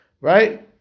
right